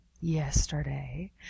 yesterday